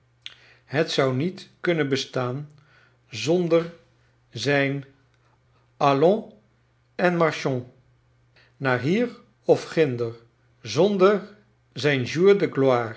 het zou niet kunnen bestaan zonder zijn allons en marchons naar hier of ginder zond er zij